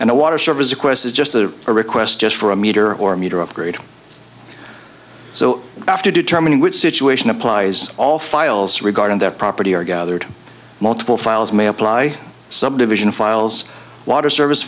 and the water service of course is just the request just for a meter or meter upgrade so after determining which situation applies all files regarding their property are gathered multiple files may apply subdivision files water service